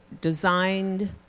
designed